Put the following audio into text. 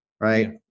Right